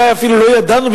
אולי אפילו לא ידענו,